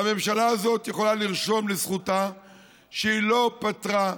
והממשלה הזאת יכולה לרשום לזכותה שהיא לא פתרה,